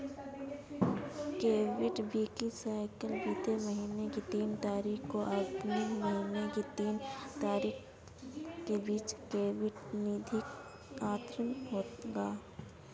credit billing cycle बीते महीने की तीन तारीख व आगामी महीने की तीन तारीख के बीच क्रेडिट निधि अंतरण होगा